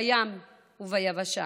בים וביבשה,